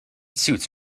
suits